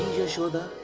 yashoda,